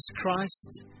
Christ